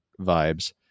vibes